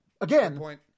again